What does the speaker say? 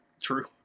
true